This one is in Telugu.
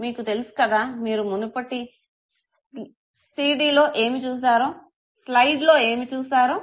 మీకు తెలుసు కదా మీరు మునుపటి స్లిడ్లో ఏమి చూసారో